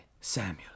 Samuel